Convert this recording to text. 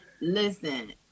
listen